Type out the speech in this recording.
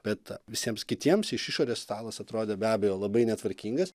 bet visiems kitiems iš išorės stalas atrodė be abejo labai netvarkingas